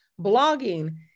blogging